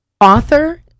author